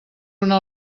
una